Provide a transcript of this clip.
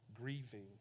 grieving